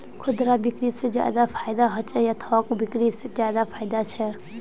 खुदरा बिक्री से ज्यादा फायदा होचे या थोक बिक्री से ज्यादा फायदा छे?